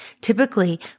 Typically